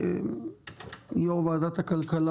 יושב-ראש ועדת הכלכלה,